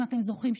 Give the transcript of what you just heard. אם אתם זוכרים,